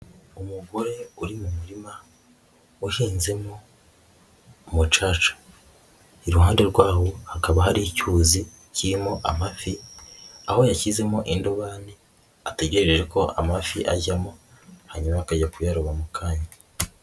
Umugore uri mu murima wahinzemo mocaca, iruhande rw'aho hakaba hari icyuzi kirimo amafi, aho yashyizemo indobani ategereje ko amafi ajyamo, hanyuma akajya kuyaroba mukanya.